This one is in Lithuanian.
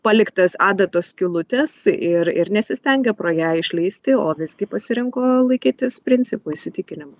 paliktas adatos skylutes ir ir nesistengia pro ją išlysti o visgi pasirinko laikytis principų įsitikinimų